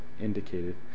indicated